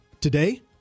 today